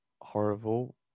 horrible